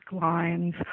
lines